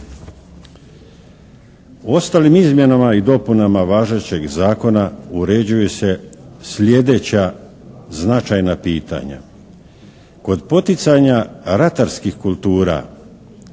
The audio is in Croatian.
Ostalim izmjenama i dopunama važećeg zakona uređuju se slijedeća značajna pitanja. Kod poticanja ratarskih kultura